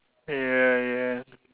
ya ya